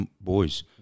boys